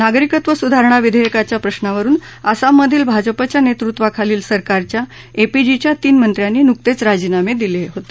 नागरिकत्व सुधारणा विधेयकाच्या प्रश्नावरुन आसाममधील भाजपाच्या नेतृत्वाखालील सरकारच्या एजीपीच्या तीन मंत्र्यांनी नुकतेच राजीनामे दिले होते